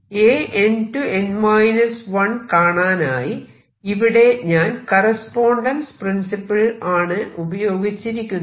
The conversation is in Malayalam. An→n 1 കാണാനായി ഇവിടെ ഞാൻ കറസ്പോണ്ടൻസ് പ്രിൻസിപ്പിൾ ആണ് ഉപയോഗിച്ചിരിക്കുന്നത്